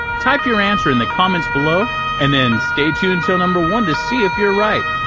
type your answer in the comments below and then stay tuned till number one to see if you're right!